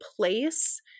place